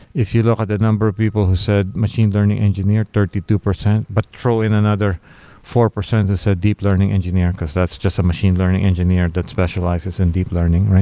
if you look at the number of people who said machine learning engineer, thirty two percent, but throw in another four percent that said deep learning engineer, because that's just a machine learning engineer that specializes in deep learning.